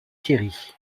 thierry